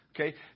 Okay